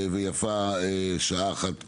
ויפה שעה אחת קודם.